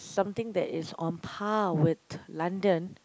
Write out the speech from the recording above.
something that is on par with London